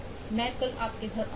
मैं कल आपके घर जाऊंगा